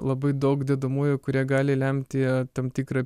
labai daug dedamųjų kurie gali lemti tam tikrą